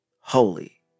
holy